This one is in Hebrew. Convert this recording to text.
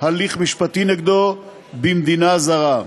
הליך משפטי נגדו במדינה זרה.